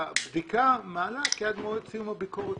הבדיקה מעל כי עד מועד סיום הביקורת,